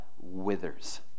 Withers